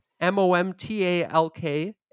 M-O-M-T-A-L-K